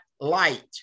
light